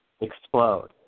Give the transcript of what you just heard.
Explode